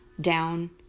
down